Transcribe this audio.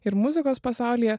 ir muzikos pasaulyje